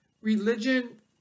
religion